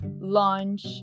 lunch